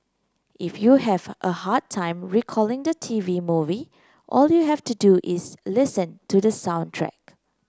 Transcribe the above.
if you have a hard time recalling the T V movie all you have to do is listen to the soundtrack